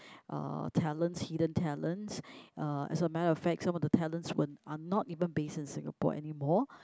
uh talents hidden talents uh as a matter of fact some of the talents were are not even based in Singapore anymore